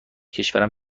کشورم